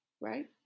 right